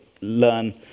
learn